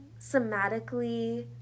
somatically